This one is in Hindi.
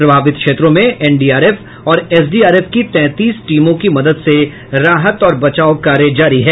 प्रभावित क्षेत्रों में एनडीआरएफ और एसडीआरएफ की तैंतीस टीमों की मदद से राहत और बचाव कार्य जारी है